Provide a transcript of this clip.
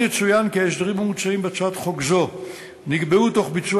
עוד יצוין כי ההסדרים המוצעים בהצעת חוק זו נקבעו תוך ביצוע